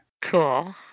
Cool